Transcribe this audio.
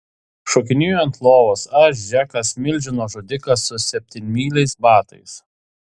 šokinėju ant lovos aš džekas milžino žudikas su septynmyliais batais